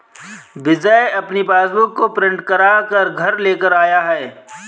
विजय अपनी पासबुक को प्रिंट करा कर घर लेकर आया है